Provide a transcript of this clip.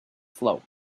slow